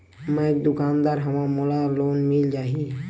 मै एक दुकानदार हवय मोला लोन मिल जाही?